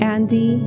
Andy